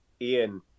Ian